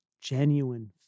genuine